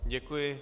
Děkuji.